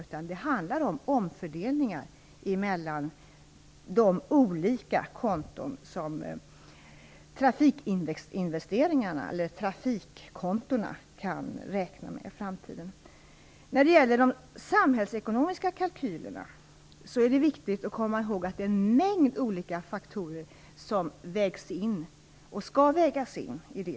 Det handlar i stället om omfördelningar mellan de olika trafikkontona i framtiden. När det gäller de samhällsekonomiska kalkylerna är det viktigt att komma ihåg att det är en mängd olika faktorer som vägs in och skall vägas in.